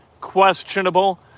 questionable